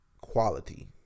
quality